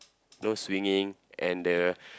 those swinging and the